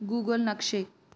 Google ਨਕਸ਼ੇ